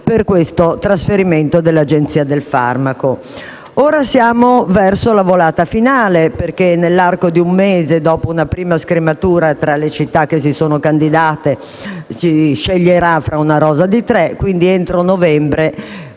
sul trasferimento della sede dell'EMA. Ora siamo verso la volata finale, perché nell'arco di un mese, dopo una prima scrematura tra le città che si sono candidate, si sceglierà tra una rosa di tre. Quindi, entro il